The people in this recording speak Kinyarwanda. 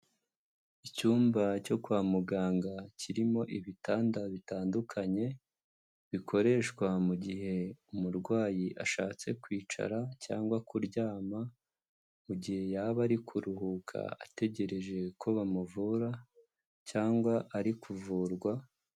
Icyumba cyo kwa muganga kirimo ibitanda bitandukanye, bikoreshwa mu gihe umurwayi ashatse kwicara cyangwa kuryama, mu gihe yaba ari kuruhuka, ategereje ko bamuvura, cyangwa ari kuvurwa.